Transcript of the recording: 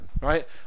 right